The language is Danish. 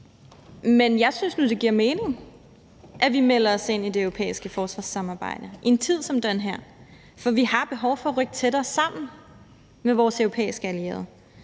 Men jeg synes nu, det giver mening, at vi melder os ind i det europæiske forsvarssamarbejde i en tid som den her, for vi har behov for at rykke tættere sammen med vores europæiske allierede.